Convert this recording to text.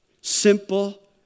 Simple